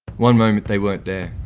one moment they weren't there,